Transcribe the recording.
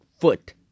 foot